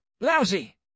Lousy